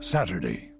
Saturday